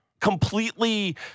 completely